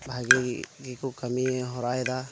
ᱵᱷᱟᱜᱮ ᱜᱮᱠᱚ ᱠᱟᱢᱤ ᱦᱚᱨᱟᱭ ᱮᱫᱟ